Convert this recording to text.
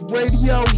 Radio